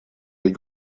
des